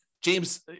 James